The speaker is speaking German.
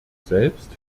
selbst